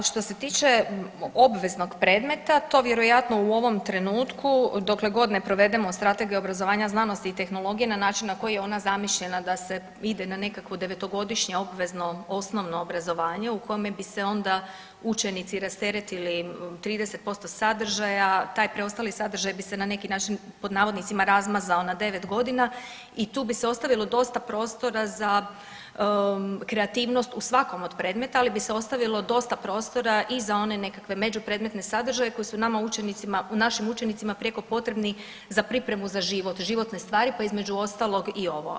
Pa što se tiče obveznog predmeta to vjerojatno u ovom trenutku dokle god ne provedemo Strategiju obrazovanja znaosti i tehnologije na način na koji je ona zamišljena da se ide na nekakvo devetogodišnje obvezno osnovno obrazovanje u kome bi se onda učenici rasteretili 30% sadržaja, taj preostali sadržaj bi se na neki način „razmazao“ na devet godina i tu bi se ostavilo dosta prostora za kreativnost u svakom od predmeta, ali bi se ostavilo dosta prostora i za one nekakve međupredmetne sadržaje koji su našim učenicima prijeko potrebni za pripremu za život, životne stvari pa između ostalog i ovo.